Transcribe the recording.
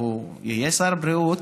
הוא יהיה שר הבריאות,